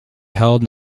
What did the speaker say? held